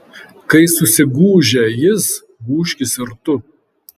kai susigūžia jis gūžkis ir tu